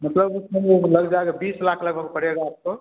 मतलब उसमें वो लग जाएगा बीस लाख लगभग पड़ेगा आपको